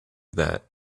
that